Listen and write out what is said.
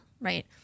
right